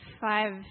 five